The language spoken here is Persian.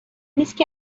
نیست